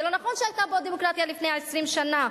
זה לא נכון שהיתה פה דמוקרטיה לפני 20 שנה.